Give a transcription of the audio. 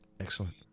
Excellent